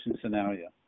scenario